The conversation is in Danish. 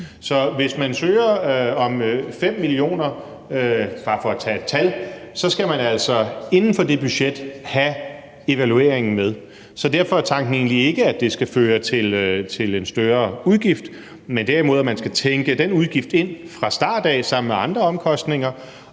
Så hvis man søger om 5 mio. kr. – bare for at tage et beløb – skal man altså inden for det budget have evalueringen med. Så derfor er tanken egentlig ikke, at det skal føre til en større udgift, men derimod at man skal tænke den udgift ind fra starten af sammen med de andre omkostninger,